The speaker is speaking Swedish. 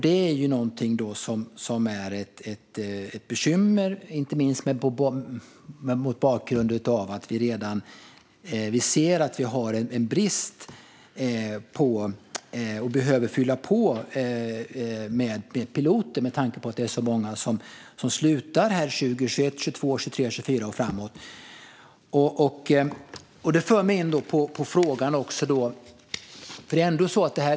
Det är ju ett bekymmer, inte minst mot bakgrund av att vi redan har brist och behöver fylla på med piloter med tanke på att det är så många som slutar 2020, 21, 22, 23, 24 och framåt. Det för mig in på en annan fråga.